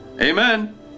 Amen